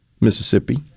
Mississippi